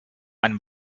einem